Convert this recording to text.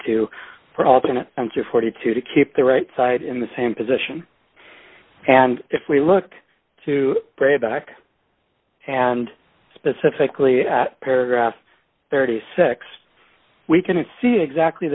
or forty two to keep the right side in the same position and if we look to pray back and specifically at paragraph thirty six we can see exactly